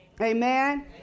Amen